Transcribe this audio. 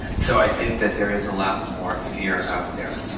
so i think that there is a lot more fear out there.